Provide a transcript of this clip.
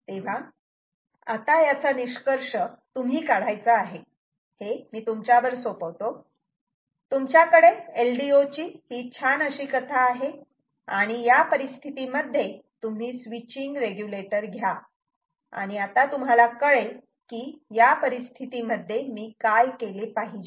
तेव्हा आता याचा निष्कर्ष तुम्ही काढायचा आहे हे मी तुमच्यावर सोपवतो तुमच्याकडे LDO ची छान अशी कथा आहे आणि या परिस्थिती मध्ये तुम्ही स्विचींग रेग्युलेटर घ्या आणि आता तुम्हाला कळेल की या परिस्थितीमध्ये मी काय केले पाहिजे